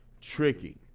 tricky